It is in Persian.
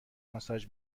ماساژ